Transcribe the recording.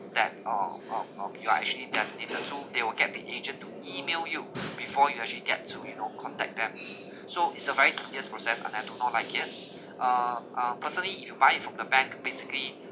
that uh uh uh be like actually designated to they will get the agent to email you before you actually get to you know contact them so it's a very tedious process and I do not like it uh uh personally if you buy it from the bank basically